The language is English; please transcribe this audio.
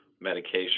medication